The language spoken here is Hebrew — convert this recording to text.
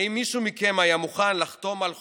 האם מישהו מכם היה מוכן לחתום על חוזה,